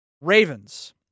Ravens